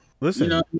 Listen